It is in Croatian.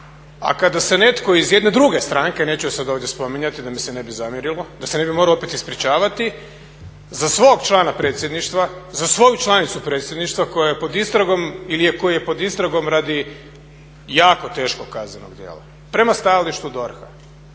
A kada se netko iz jedne druge stranke, neću sada ovdje spominjati da mi se ne bi zamjerilo, da se ne bi morao opet ispričavati za svog člana predsjedništva, za svoju članicu predsjedništva koja je pod istragom ili koji je pod istragom radi jako teškog kaznenog djela prema stajalištu DORH-a